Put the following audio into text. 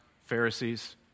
Pharisees